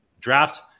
draft